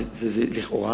וזה לכאורה